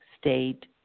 state